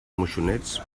moixonets